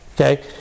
Okay